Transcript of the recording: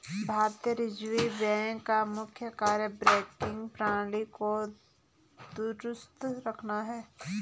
भारतीय reserve bank का प्रमुख कार्य बैंकिंग प्रणाली को दुरुस्त रखना है